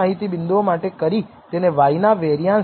આપવામાં આવે છે